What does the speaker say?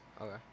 Okay